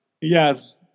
yes